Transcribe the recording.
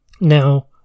Now